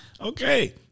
Okay